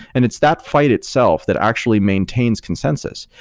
and it's that fight itself that actually maintains consensus,